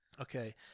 Okay